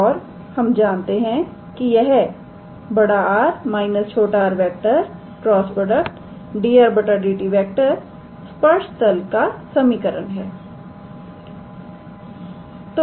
और हम जानते हैं कि यह 𝑅⃗⃗ − 𝑟⃗ × 𝑑𝑟⃗ 𝑑𝑡 स्पर्श तल का समीकरण है